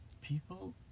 People